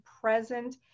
present